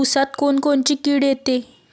ऊसात कोनकोनची किड येते?